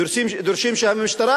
דורשים שהמשטרה